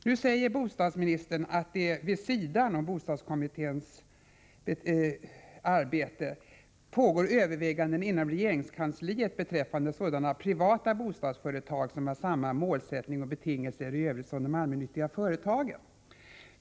Nu säger bostadsministern att det vid sidan av bostadskommitténs arbete pågår överväganden inom regeringskansliet beträffande sådana privata bostadsföretag som har samma målsättning och betingelser i övrigt som de allmännyttiga bostadsföretagen.